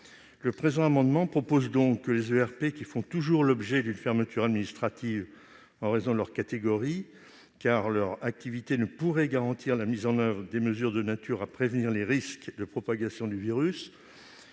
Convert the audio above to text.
Le présent amendement tend donc à proposer que les ERP faisant toujours l'objet d'une fermeture administrative en raison de leur catégorie, parce que leur activité ne pourrait « garantir la mise en oeuvre des mesures de nature à prévenir les risques de propagation du virus